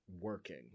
working